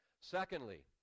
Secondly